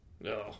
No